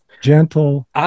gentle